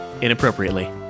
inappropriately